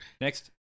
next